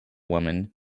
woman